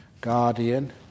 guardian